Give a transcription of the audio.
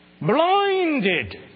blinded